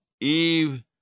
Eve